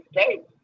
States